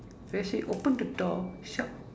then I say open the door she shout